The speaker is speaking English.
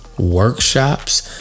Workshops